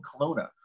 Kelowna